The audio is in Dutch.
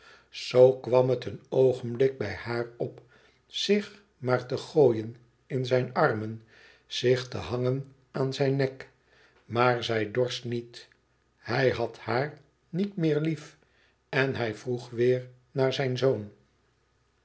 zoo kwam het een oogenblik bij haar op zich maar te gooien in zijn armen zich te hangen aan zijn nek maar zij dorst niet hij had haar niet meer lief en hij vroeg weêr naar zijn zoon